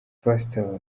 pastor